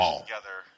together